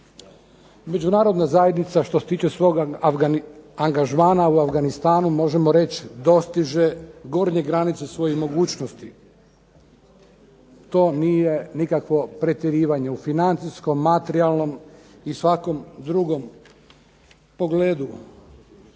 Međunarodna zajednica što se tiče svoga angažmana u Afganistanu možemo reći dostiže gornje granice svojih mogućnosti. To nije nikakvo pretjerivanje, u financijskom, materijalnom i svakom drugom pogledu.